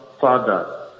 father